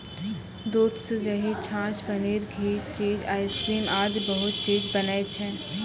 दूध सॅ दही, छाछ, पनीर, घी, चीज, आइसक्रीम आदि बहुत चीज बनै छै